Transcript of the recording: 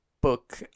book